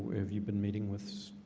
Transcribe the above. we have you been meeting with